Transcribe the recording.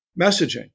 messaging